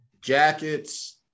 jackets